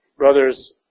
Brothers